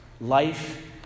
life